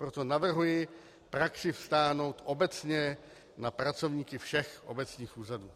Proto navrhuji praxi vztáhnout obecně na pracovníky všech obecních úřadů.